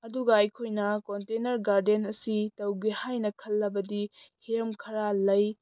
ꯑꯗꯨꯒ ꯑꯩꯈꯣꯏꯅ container garden ꯑꯁꯤ ꯇꯧꯒꯦ ꯍꯥꯏꯅ ꯈꯜꯂꯕꯗꯤ ꯍꯤꯔꯝ ꯈꯔ ꯂꯩ